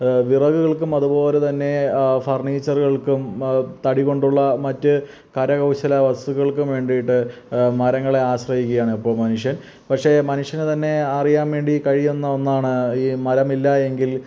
വിറകുകൾക്കും അതുപോലെ തന്നെ ഫർണീച്ചറുകൾക്കും തടി കൊണ്ടുള്ള മറ്റ് കരകൗശല വസ്തുക്കൾക്കും വേണ്ടീട്ട് മരങ്ങളെ ആശ്രയിക്കാണിപ്പോൾ മനുഷ്യൻ പക്ഷേ മനുഷ്യന് തന്നെ അറിയാൻ വേണ്ടി കഴിയുന്ന ഒന്നാണ് ഈ മരമില്ലായെങ്കിൽ